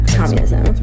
communism